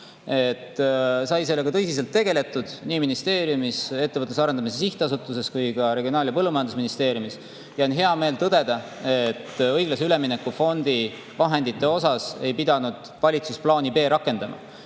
Sai sellega tõsiselt tegeldud nii ministeeriumis, Ettevõtluse Arendamise Sihtasutuses kui ka Regionaal‑ ja Põllumajandusministeeriumis. Ja on hea meel tõdeda, et õiglase ülemineku fondi vahendite puhul ei pidanud valitsus plaani B rakendama.